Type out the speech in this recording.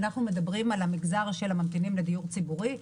ביחס למגזר של הממתינים לדיור הציבורי,